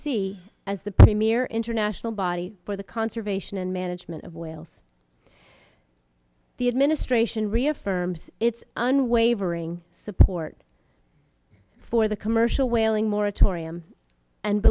c as the premier international body for the conservation and management of whales the administration reaffirms its unwavering support for the commercial